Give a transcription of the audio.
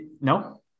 No